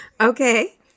Okay